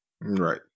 Right